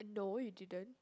uh no you didn't